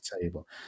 table